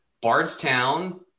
Bardstown